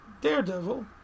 Daredevil